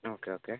ah okay okay